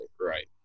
Right